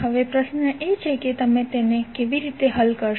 હવે પ્રશ્ન એ છે કે તેને કેવી રીતે હલ કરવું